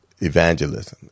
evangelism